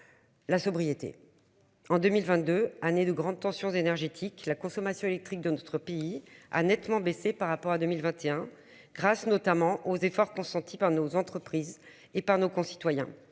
La sobriété. En 2022 années de grande tension énergétique, la consommation électrique de notre pays a nettement baissé par rapport à 2021 grâce notamment aux efforts consentis par nos entreprises et par nos concitoyens